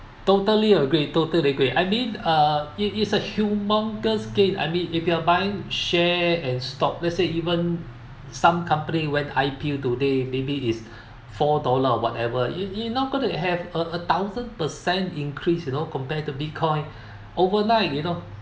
totally agree totally agree I mean uh it is a humongous game I mean if you are buying share and stock let's say even some company went I_P_O today maybe is four dollar or whatever you you not going to have a thousand per cent increase you know compared to bitcoin overnight you know